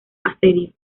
asedio